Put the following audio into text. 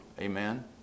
Amen